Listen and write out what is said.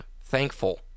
thankful